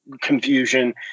confusion